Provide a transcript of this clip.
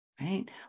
right